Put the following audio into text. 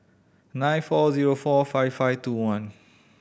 nine four zero four five five two one